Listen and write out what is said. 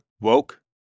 Woke